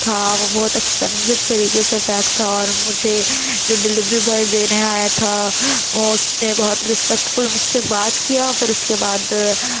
تھا وہ بہت ایکسپپنسیو طریقے سے پیک تھا اور مجھے جو ڈلیوی بوائے دینے آیا تھا وہ اس نے بہت رسپیکٹفل مجھ سے بات کیا پھر اس کے بعد